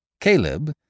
Caleb